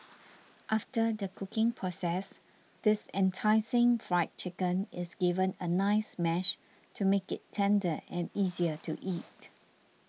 after the cooking process this enticing Fried Chicken is given a nice mash to make it tender and easier to eat